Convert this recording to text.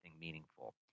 meaningful